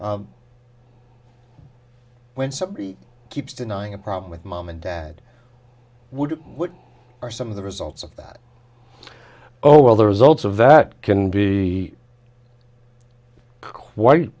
when somebody keeps denying a problem with mom and dad would what are some of the results of that oh well the results of that can be quite